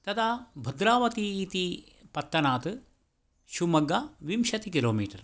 तदा भद्रावती इति पत्तनात् शिवमोग्ग विंशतिकिलोमीटर्